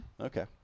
Okay